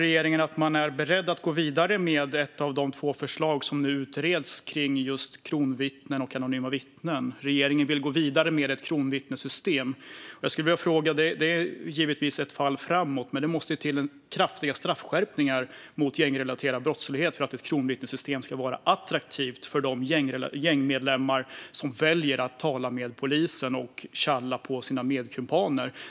Regeringen säger sig vara beredd att gå vidare med ett av de två förslag som utreds om kronvittnen och anonyma vittnen och vill gå vidare med ett kronvittnessystem. Det är givetvis ett framsteg. Men det måste till kraftiga straffskärpningar för gängrelaterad brottslighet för att ett kronvittnessystem ska vara attraktivt för de gängmedlemmar som väljer att tala med polisen och tjalla på sina kumpaner.